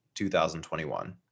2021